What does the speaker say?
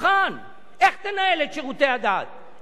איך, אם החוק הזה עובר בקריאה שנייה ושלישית?